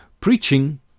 preaching